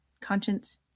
conscience